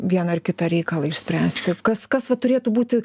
vieną ar kitą reikalą išspręsti kas kas vat turėtų būti